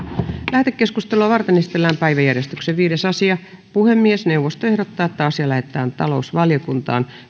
lähetekeskustelua varten esitellään päiväjärjestyksen viides asia puhemiesneuvosto ehdottaa että asia lähetetään talousvaliokuntaan